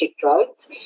drugs